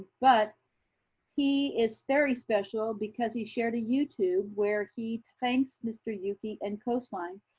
but he is very special because he shared a youtube where he thanks mr. yuuki and coastline.